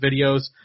videos